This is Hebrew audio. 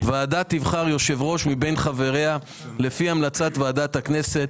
הוועדה תבחר יושב-ראש מבין חבריה לפי המלצת ועדת הכנסת".